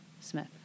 Smith